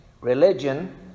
religion